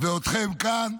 ואתכם כאן,